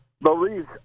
beliefs